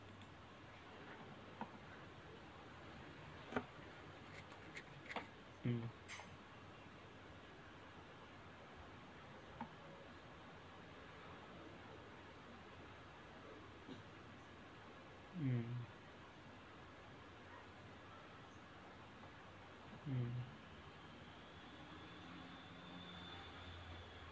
mm